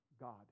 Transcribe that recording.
God